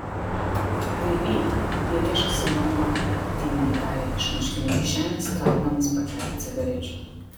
tai eik įrėžk savo norą tingiai tarė iš marškinių kišenės traukdamas pakelį cigarečių